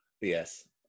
Yes